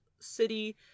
city